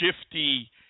shifty